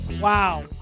wow